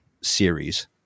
series